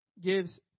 gives